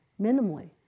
minimally